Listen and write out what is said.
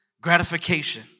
gratification